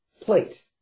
plate